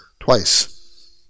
Twice